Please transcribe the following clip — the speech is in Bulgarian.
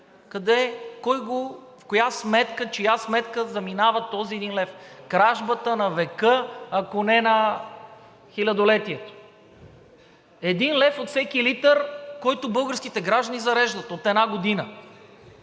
лев? В коя сметка, в чия сметка заминава този един лев? Кражбата на века, ако не на хилядолетието! Един лев от всеки литър, който българските граждани зареждат от една година.